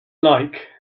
like